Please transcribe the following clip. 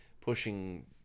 pushing